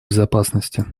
безопасности